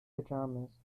pajamas